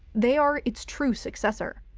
they are its true successor.